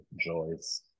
joys